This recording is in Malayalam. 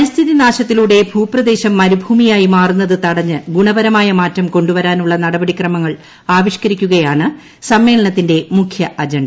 പരിസ്ഥിതി നാശത്തിലൂടെ ഭൂപ്രദേശം മരൂഭൂമിയായി മാറുന്നത് തടഞ്ഞ് ഗുണപരമായ മാറ്റം കൊണ്ടുവരാനുള്ള നടപടിക്രമങ്ങൾ ആവിഷ് കരിക്കുകയാണ് സമ്മേളനത്തിന്റെ മുഖ്യ അജണ്ട